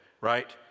right